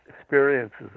experiences